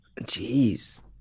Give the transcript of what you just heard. Jeez